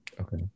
Okay